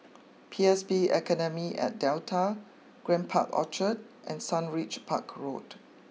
P S B Academy at Delta Grand Park Orchard and Sundridge Park Road